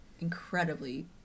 incredibly